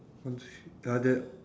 one two three uh there